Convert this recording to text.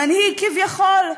המנהיג כביכול,